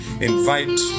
Invite